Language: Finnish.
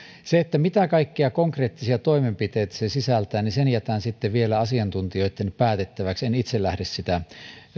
sen mitä kaikkia konkreettisia toimenpiteitä se sisältää jätän sitten vielä asiantuntijoitten päätettäväksi en itse lähde sitä